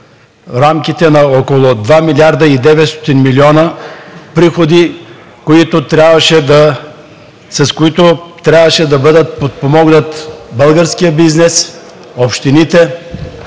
рамките на около 2 млрд. 900 млн. лв. приходи, с които трябваше да бъде подпомогнат българският бизнес, общините,